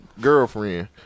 Girlfriend